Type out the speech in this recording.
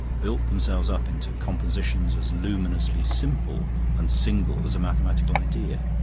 built themselves up into compositions as luminously simple and single as a mathematical idea.